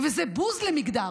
וזה בוז למגדר,